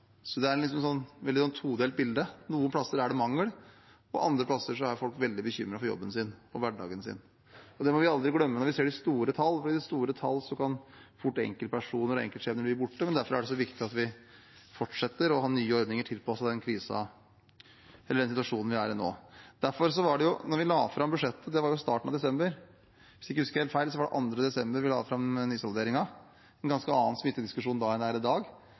todelt bilde: Noen steder er det mangel på arbeidskraft, og andre steder er folk veldig bekymret for jobben og hverdagen sin. Det må vi aldri glemme når vi ser de store tallene, for i store tall kan enkeltpersoner og enkeltskjebner fort bli borte. Derfor er det så viktig at vi fortsetter å ha nye ordninger som er tilpasset den situasjonen vi er i nå. Da vi la fram nysalderingsproposisjon i starten av desember – hvis jeg ikke husker helt feil, var det den 2. desember vi la fram nysalderingen – var det en ganske annen smittediskusjon enn i dag.